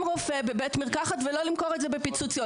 רופא בבית מרקחת ולא למכור את זה בפיצוציות.